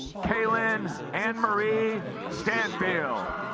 kaelyn and marie stanfield